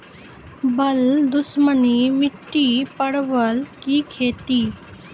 बल दुश्मनी मिट्टी परवल की खेती?